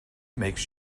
makes